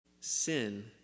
Sin